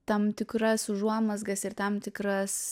tam tikras užuomazgas ir tam tikras